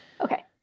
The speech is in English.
Okay